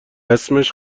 اسمش